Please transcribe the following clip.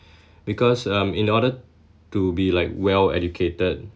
because um in order to be like well educated